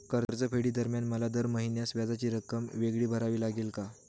कर्जफेडीदरम्यान मला दर महिन्यास व्याजाची रक्कम वेगळी भरावी लागेल का?